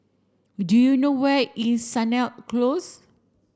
do you know where is Sennett Close